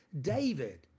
David